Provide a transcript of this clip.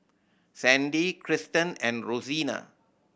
Sandy Kristan and Rosina